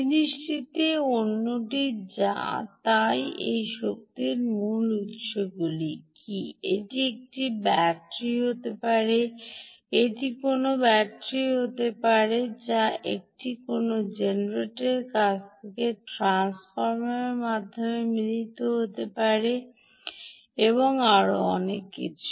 জিনিসটি অন্যটি যা তাই এই শক্তি উত্সগুলি মূলত কী এটি একটি ব্যাটারি হতে পারে এটি কোনও ব্যাটারি হতে পারে বা এটি কোনও জেনারেটরের কাছ থেকে ট্রান্সফর্মারের মাধ্যমে মিলিত হতে পারে এবং আরও অনেক কিছু